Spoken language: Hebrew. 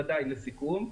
ודאי לסיכום.